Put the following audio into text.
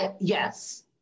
yes